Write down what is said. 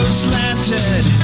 slanted